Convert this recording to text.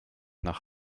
nach